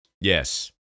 Yes